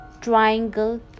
triangle